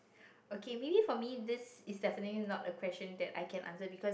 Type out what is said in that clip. okay maybe for me this is definitely not a question that I can answer because